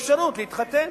אתה נותן לו אפשרות להתחתן.